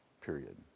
period